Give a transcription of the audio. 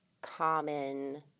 common